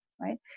right